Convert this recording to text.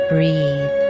Breathe